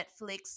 Netflix